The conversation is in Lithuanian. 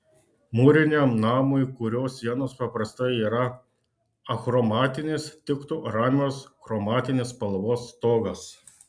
mūriniam namui kurio sienos paprastai yra achromatinės tiktų ramios chromatinės spalvos stogas